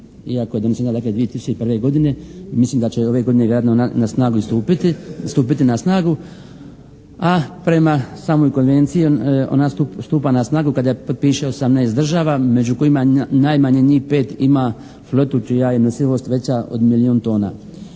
iako je donešena dakle 2001. godine, mislim da će ove godine stupiti na snagu a prema samoj konvenciji ona stupa na snagu kada potpiše osamnaest država među kojima najmanje njih pet ima flotu čija je nosivost veća od milijun tona.